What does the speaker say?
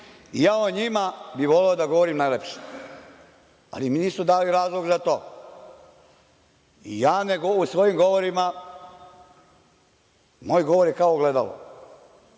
Ja o njima bih voleo da govorim najlepše, ali mi nisu dali razlog za to. Ja ne mogu u svojim govorima, moj govor je kao ogledalo,